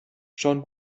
schon